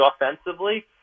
offensively